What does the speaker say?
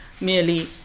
merely